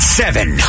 seven